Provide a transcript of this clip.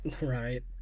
Right